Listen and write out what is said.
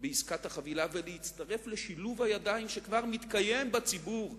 בעסקת החבילה ולהצטרף לשילוב הידיים שכבר מתקיים בציבור,